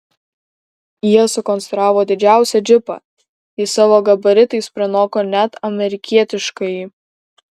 jie sukonstravo didžiausią džipą jis savo gabaritais pranoko net amerikietiškąjį